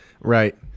Right